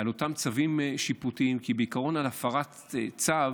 אותם צווים שיפוטיים, כי בעיקרון בהפרת צו